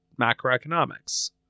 macroeconomics